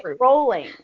rolling